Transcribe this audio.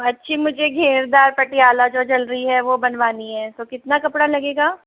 अच्छी मुझे घेरदार पटियाला जो चल रही है वो बनवानी है तो कितना कपड़ा लगेगा